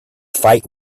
fight